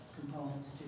components